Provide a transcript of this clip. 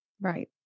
Right